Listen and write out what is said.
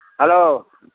hello